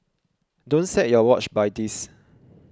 don't set your watch by this